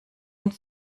und